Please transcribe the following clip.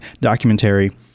documentary